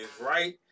right